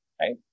right